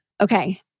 okay